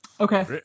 Okay